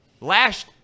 Last